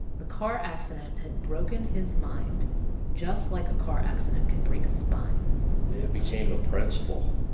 the car accident had broken his mind just like a car accident can break a spine it became a principle.